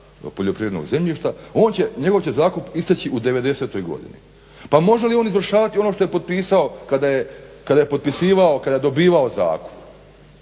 poljoprivrednog zemljišta njego će zakup isteći u 90.godini. pa može li on izvršavati ono što je potpisao kada je potpisivao kada je dobivao zakup?